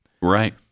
Right